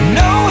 no